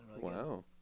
Wow